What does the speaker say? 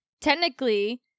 technically